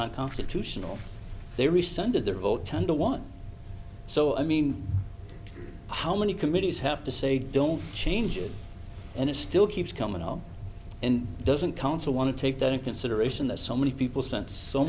unconstitutional they rescinded the rotunda one so i mean how many committees have to say don't change it and it still keeps coming up and doesn't council want to take that in consideration that so many people s